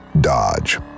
Dodge